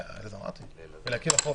הישיבה נעולה.